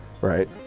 right